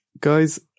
guys